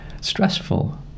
stressful